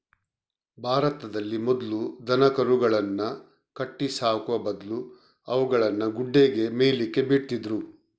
ಭಾರತದಲ್ಲಿ ಮೊದ್ಲು ದನಕರುಗಳನ್ನ ಕಟ್ಟಿ ಸಾಕುವ ಬದ್ಲು ಅವುಗಳನ್ನ ಗುಡ್ಡೆಗೆ ಮೇಯ್ಲಿಕ್ಕೆ ಬಿಡ್ತಿದ್ರು